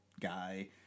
guy